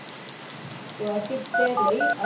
well, i think, sadly,